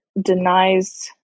denies